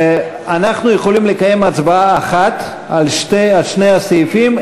אנחנו יכולים לקיים הצבעה אחת על שני הסעיפים,